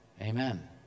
amen